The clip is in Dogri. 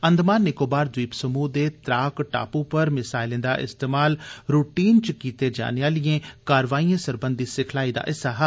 अंदमान निकोबार द्वीप समूह दे त्राक टापू पर मिसाइलें दा परीक्षण रुटीन च कीते जाने आली कारवाइयें सरबंधी सिखलाई दा हिस्सा ऐ